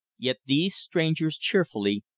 yet these strangers cheerfully,